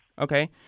Okay